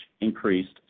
increased